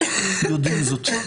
מוסדות